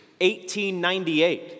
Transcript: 1898